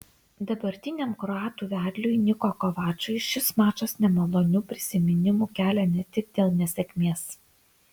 dabartiniam kroatų vedliui niko kovačui šis mačas nemalonių prisiminimų kelia ne tik dėl nesėkmės